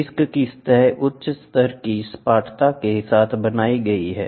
disc की सतह उच्च स्तर की सपाटता के साथ बनाई गई है